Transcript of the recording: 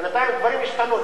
בינתיים הדברים השתנו.